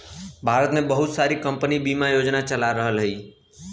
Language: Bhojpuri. भारत में बहुत सारी कम्पनी बिमा योजना चला रहल हयी